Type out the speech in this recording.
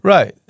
Right